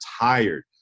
tired